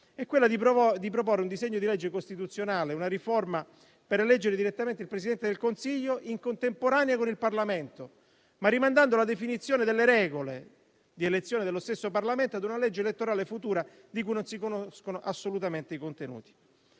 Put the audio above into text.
è quella di proporre un disegno di legge costituzionale per eleggere direttamente il Presidente del Consiglio in contemporanea con il Parlamento, ma rimandando la definizione delle regole di elezione dello stesso Parlamento a una legge elettorale futura di cui non si conoscono assolutamente i contenuti.